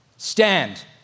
Stand